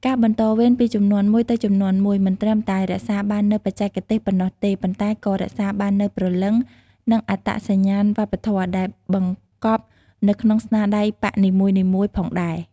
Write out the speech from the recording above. ការបន្តវេនពីជំនាន់មួយទៅជំនាន់មួយ មិនត្រឹមតែរក្សាបាននូវបច្ចេកទេសប៉ុណ្ណោះទេ ប៉ុន្តែក៏រក្សាបាននូវ ព្រលឹង និងអត្តសញ្ញាណវប្បធម៌ ដែលបង្កប់នៅក្នុងស្នាដៃប៉ាក់នីមួយៗផងដែរ។